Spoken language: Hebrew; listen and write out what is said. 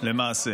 למעשה